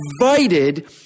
invited